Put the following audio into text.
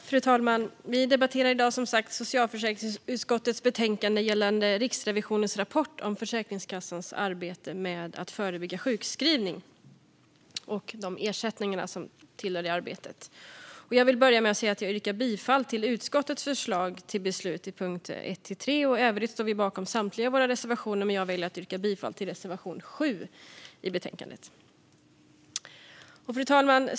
Fru talman! Vi debatterar i dag socialförsäkringsutskottets betänkande gällande Riksrevisionens rapport om Försäkringskassans arbete med att förebygga sjukskrivning och de ersättningar som tillhör detta arbete. Jag yrkar bifall till utskottets förslag till beslut i punkt 1-3. I övrigt står vi bakom samtliga av våra reservationer, men jag väljer att yrka bifall endast till reservation 7 i betänkandet. Fru talman!